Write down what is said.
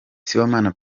sibomana